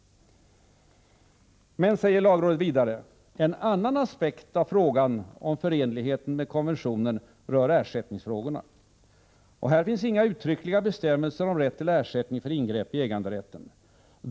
Lagrådet säger vidare: ”En annan aspekt av frågan om förenligheten med nämnda konvention rör ersättningsfrågorna.” Här finns ”inga uttryckliga bestämmelser om rätt till ersättning, med anledning av ingrepp i äganderätten.